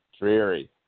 dreary